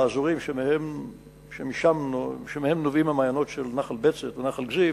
באזורים שמהם נובעים המעיינות של נחל בצת ונחל זיו,